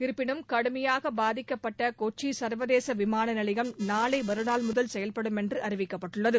இருப்பினும் கடுமையாக பாதிக்கப்பட்ட கொச்சி சா்வதேச விமான நிலையம் நாளை மறுநாள் முதல் செயல்படும் என்று அறிவிக்கப்பட்டுள்ளது